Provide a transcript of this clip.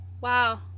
Wow